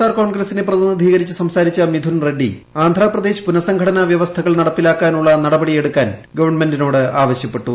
R കോൺഗ്രസിനെ പ്രതിനിധീകരിച്ച് സംസാരിച്ച മിഥുൻ റെഡ്നി ആന്ധ്രാപ്രദേശ് പുനഃസംഘടന വൃവസ്ഥകൾ നടപ്പിലാക്കാനുള്ള നടപിടിയെടുക്കാൻ ഗവണ്മെന്റിനോട് ആവശ്യപ്പെട്ടു